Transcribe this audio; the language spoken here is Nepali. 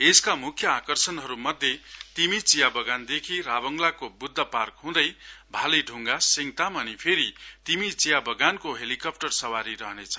यसका मुख्य आकर्षणहरु मध्ये तिमी चिया बगानदेखि राभाङलाको बुद्ध पार्क हुँदै भाले दुङ्गासिगताम अनि फेरि तिमी चिया वगानको हेलिकाप्टर सवारी रहनेछ